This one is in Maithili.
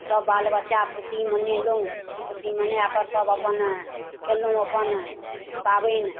सब बाल बच्चा खुशी मनेलहुँ खुशी मनाकऽ सब अपन केलहुँ अपन पाबैन